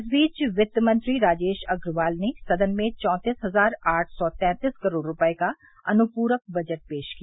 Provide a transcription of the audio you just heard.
इस बीच वित्त मंत्री राजेश अप्रवाल ने सदन में चौतीस हज़ार आठ सौ तैतीस करोड़ रूपये का अनुप्रक बजट पेश किया